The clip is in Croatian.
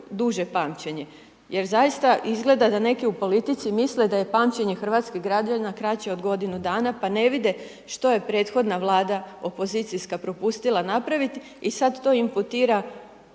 duže pamćenje, jer zaista izgleda da neki u politici misle da je pamćenje hrvatskih građana kraće od godinu dana, pa ne vide što je prethodna Vlada opozicijska propustila napraviti i sad to imputira